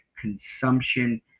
consumption